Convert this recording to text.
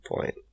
point